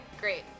Great